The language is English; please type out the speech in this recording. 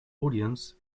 audience